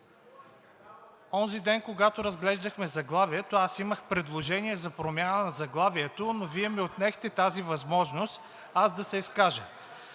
Онзиден, когато разглеждахме заглавието, аз имах предложение за промяна на заглавието, но Вие ми отнехте тази възможност да се изкажа.